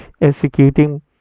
executing